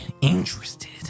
interested